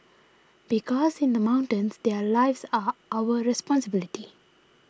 because in the mountains their lives are our responsibility